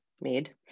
made